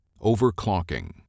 Overclocking